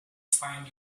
find